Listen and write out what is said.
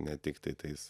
ne tiktai tais